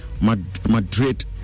Madrid